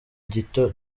gito